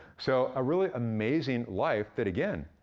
so, a really amazing life that, again,